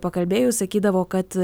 pakalbėjus sakydavo kad